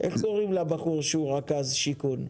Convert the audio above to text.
רכז השיכון?